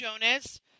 Jonas –